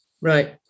Right